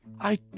I-